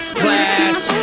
Splash